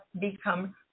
become